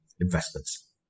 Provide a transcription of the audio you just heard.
investments